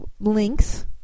links